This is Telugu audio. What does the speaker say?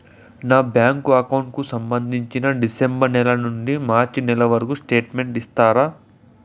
నా బ్యాంకు అకౌంట్ కు సంబంధించి డిసెంబరు నెల నుండి మార్చి నెలవరకు స్టేట్మెంట్ ఇస్తారా?